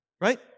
Right